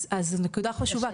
אז זה נקודה חשובה,